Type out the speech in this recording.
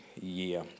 year